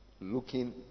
looking